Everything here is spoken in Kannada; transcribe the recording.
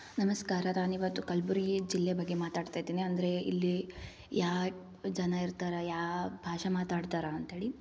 ನಮಸ್ಕಾರ ನಾನು ಇವತ್ತು ಕಲಬುರ್ಗಿ ಜಿಲ್ಲೆ ಬಗ್ಗೆ ಮಾತಾಡ್ತಿದ್ದೇನೆ ಅಂದರೆ ಇಲ್ಲಿ ಯಾವ ಜನ ಇರ್ತಾರೆ ಯಾವ ಭಾಷೆ ಮಾತಾಡ್ತಾರೆ ಅಂತ್ಹೇಳಿ